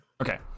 Okay